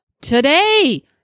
today